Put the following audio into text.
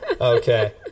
Okay